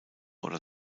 oder